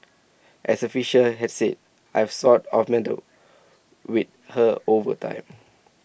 as A Fisher have said I've sort of melded with her over time